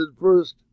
first